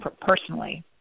personally